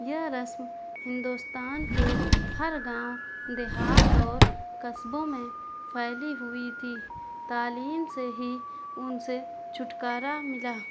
یہ رسم ہندوستان کے ہر گاؤں دیہات اور قصبوں میں پھیلی ہوئی تھی تعلیم سے ہی ان سے چھٹکارا ملا